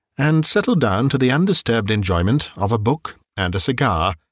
and settled down to the undisturbed enjoyment of a book and a cigar.